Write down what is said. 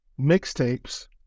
mixtapes